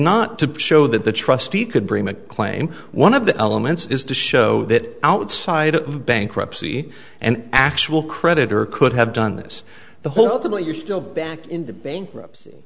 not to show that the trustee could bring a claim one of the elements is to show that outside of bankruptcy and actual creditor could have done this the whole thing but you're still back into bankruptcy